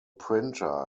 printer